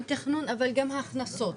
תכנון, אבל גם הכנסות.